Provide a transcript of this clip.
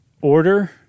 order